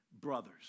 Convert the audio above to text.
brothers